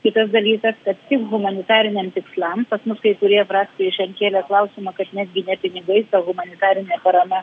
kitas dalykas kad tik humanitariniam tikslam pas mus kai kurie frakcijoj šian kėlė klausimą kad netgi ne pinigais o humanitarinė parama